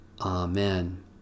Amen